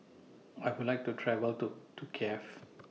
I Would like to travel to to Kiev